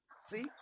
See